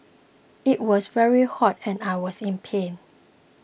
it was very hot and I was in pain